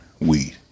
weed